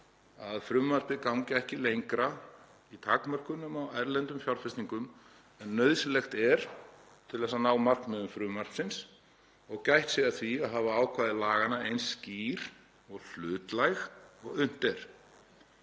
að frumvarpið gangi ekki lengra í takmörkunum á erlendum fjárfestingum en nauðsynlegt er til að ná markmiðum frumvarpsins og gætt sé að því að hafa ákvæði laganna eins skýr og hlutlæg og unnt